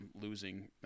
losing